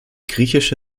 griechische